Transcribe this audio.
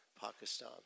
Pakistan